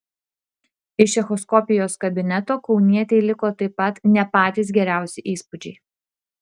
iš echoskopijos kabineto kaunietei liko taip pat ne patys geriausi įspūdžiai